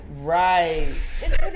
Right